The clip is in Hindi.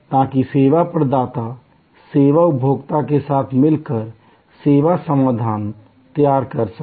ताकि सेवा प्रदाता सेवा उपभोक्ता के साथ मिलकर सेवा समाधान तैयार कर सके